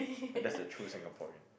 and that's the true Singaporean